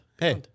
Hey